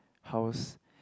house